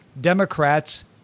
Democrats